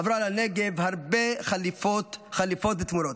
עברו על הנגב הרבה חליפות ותמורות,